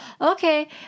okay